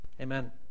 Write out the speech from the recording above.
Amen